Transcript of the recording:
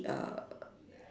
err